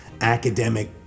academic